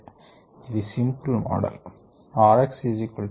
ఇది simple model